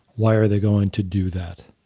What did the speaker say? why are they going to do that?